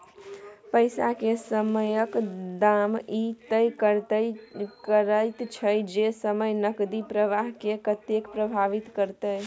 पैसा के समयक दाम ई तय करैत छै जे समय नकदी प्रवाह के कतेक प्रभावित करते